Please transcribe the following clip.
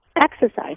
Exercise